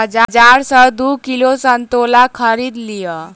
बाजार सॅ दू किलो संतोला खरीद लिअ